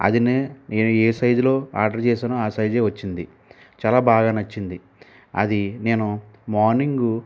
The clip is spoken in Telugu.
అదినే నేను ఏ సైజులోఆర్డర్ చేశానో ఆ సైజే వచ్చింది చాలా బాగా నచ్చింది అది నేను మార్నింగు